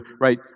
right